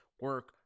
Work